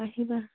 আহিবা